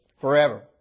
forever